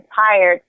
tired